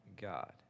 God